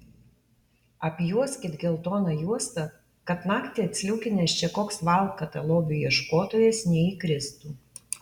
apjuoskit geltona juosta kad naktį atsliūkinęs čia koks valkata lobių ieškotojas neįkristų